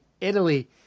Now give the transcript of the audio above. Italy